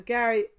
Gary